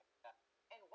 and what